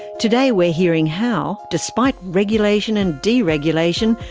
today we're hearing how, despite regulation and deregulation,